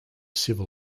civil